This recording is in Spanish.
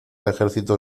ejército